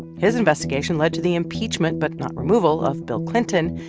his investigation led to the impeachment but not removal of bill clinton.